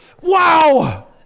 Wow